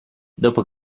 dopo